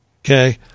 okay